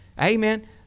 Amen